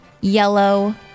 yellow